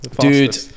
Dude